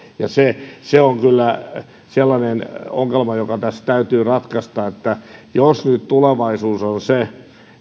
se se on kyllä sellainen ongelma joka tässä täytyy ratkaista nyt tulevaisuus on se